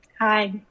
Hi